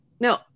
No